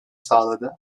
sağladı